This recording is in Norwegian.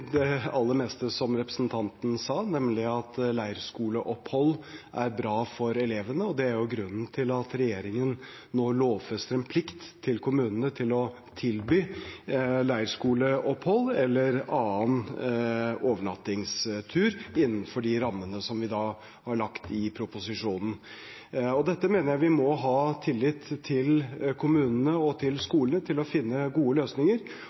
det aller meste som representanten sa, nemlig at leirskoleopphold er bra for elevene. Det er grunnen til at regjeringen nå lovfester en plikt for kommunene til å tilby leirskoleopphold eller annen overnattingstur, innenfor de rammene som vi har lagt i proposisjonen. Dette mener jeg vi må ha tillit til kommunene og til skolene å finne gode løsninger